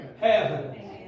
heaven